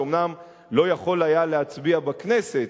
שאומנם לא יכול היה להצביע בכנסת,